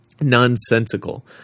nonsensical